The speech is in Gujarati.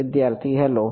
વિદ્યાર્થી હેલો